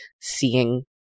seeing